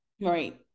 right